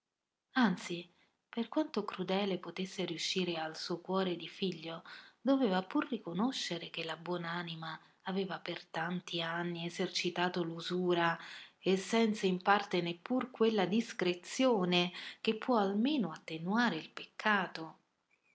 per quanto crudele potesse riuscire al suo cuore di figlio doveva pur riconoscere che la buon'anima aveva per tanti anni esercitato l'usura e senza in parte neppur quella discrezione che può almeno attenuare il peccato